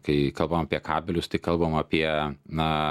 kai kalbam apie kabelius tai kalbam apie na